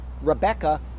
Rebecca